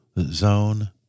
zone